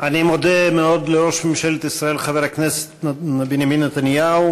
אני מודה מאוד לראש ממשלת ישראל חבר הכנסת בנימין נתניהו.